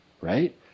right